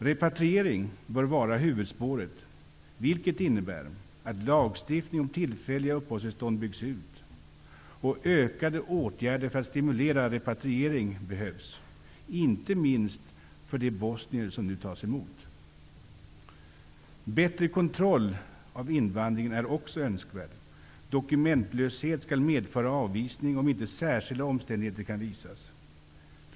Repatriering bör vara huvudspåret, vilket innebär att lagstiftningen om tillfälliga uppehållstillstånd måste byggas ut. Ökade åtgärder för att stimulera repatriering behövs, inte minst för de bosnier som nu tas emot. Bättre kontroll av invandringen är också önskvärd. Dokumentlöshet skall medföra avvisning om inte särskilda omständigheter kan visas.